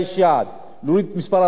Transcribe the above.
אם היא רוצה להגיע ליעד הזה,